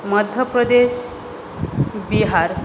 Madhya Pradesh Bihar